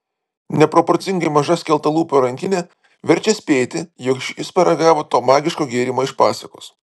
neproporcingai maža skeltalūpio rankinė verčia spėti jog šis paragavo to magiško gėrimo iš pasakos